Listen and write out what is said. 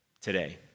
today